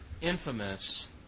infamous